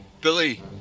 Billy